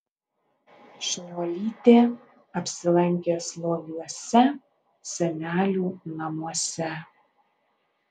šniuolytė apsilankė slogiuose senelių namuose